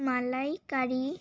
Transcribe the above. মালাইকারি